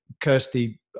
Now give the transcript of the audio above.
Kirsty